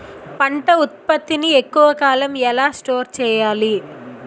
పంట ఉత్పత్తి ని ఎక్కువ కాలం ఎలా స్టోర్ చేయాలి?